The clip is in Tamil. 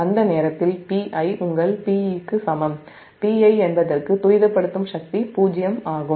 அந்த நேரத்தில் Pi உங்கள் Pe க்கு சமம் Pi என்பதற்கு துரிதப்படுத்தும் சக்தி '0'ஆகும்